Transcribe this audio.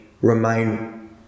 remain